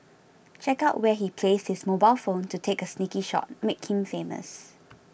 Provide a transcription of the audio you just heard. check out where he placed his mobile phone to take a sneaky shot make him famous